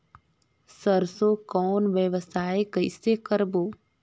सरसो कौन व्यवसाय कइसे करबो?